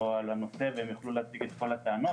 על הנושא והם יוכלו להציג את כל הטענות.